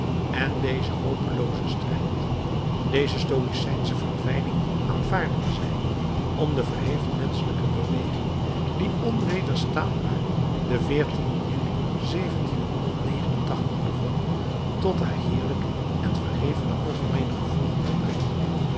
en dezen hopeloozen strijd deze stoïcijnsche verdwijning aanvaarden zij om de verheven menschelijke beweging die onwederstaanbaar den juli begon tot haar heerlijke en verhevene algemeene gevolgen te brengen